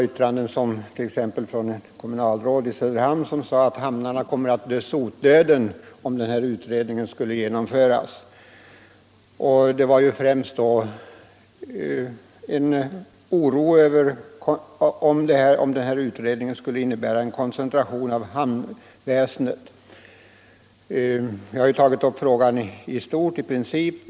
Ett kommunalråd i Söderhamn sade t.ex. att hamnarna kommer att dö sotdöden om den här utredningens förslag skulle genomföras. Det gällde främst en oro för att utredningen skulle innebära en koncentration av hamnväsendet. Jag har tagit upp frågan i stort, i princip.